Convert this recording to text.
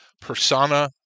persona